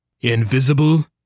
Invisible